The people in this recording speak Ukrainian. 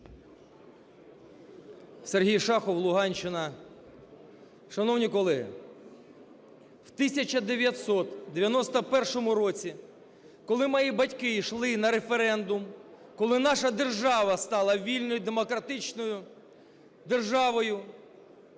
Сергій Шахов, Луганщина. Шановні колеги, в 1991 році, коли мої батьки йшли на референдум, коли наша держава стала вільною, демократичною державою,